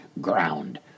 ground